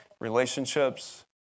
relationships